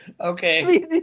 okay